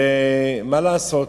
ומה לעשות,